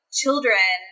children